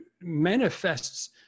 manifests